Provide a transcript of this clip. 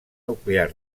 nuclear